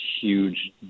huge